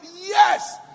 Yes